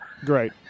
great